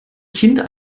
kind